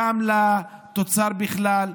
גם לתוצר בכלל,